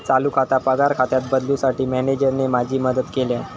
चालू खाता पगार खात्यात बदलूंसाठी मॅनेजरने माझी मदत केल्यानं